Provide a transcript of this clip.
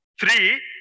three